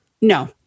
No